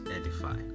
edify